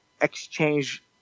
exchange